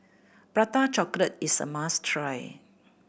Prata Chocolate is a must try